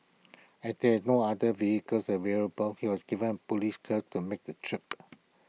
as there were no other vehicles available he was given A Police hearse to make the trip